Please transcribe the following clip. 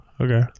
okay